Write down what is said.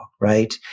right